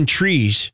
trees